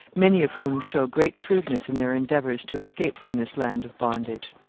many of whom show great shrewdness in their endeavours to escape from this land of bondage.